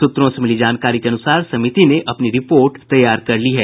सूत्रों से मिली जानकारी के अनुसार समिति ने अपनी रिपोर्ट तैयार कर ली है